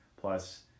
plus